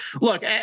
Look